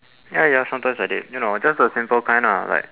ya ya sometimes I did you know just the simple kind ah like